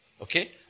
Okay